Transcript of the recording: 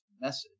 message